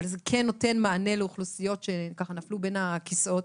אבל זה כן נותן מענה לאוכלוסיות שנפלו בין הכיסאות.